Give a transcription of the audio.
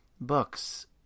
books